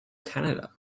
canada